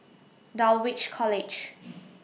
Dulwich College